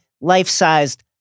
life-sized